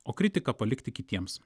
o kritiką palikti kitiems